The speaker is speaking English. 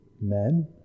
men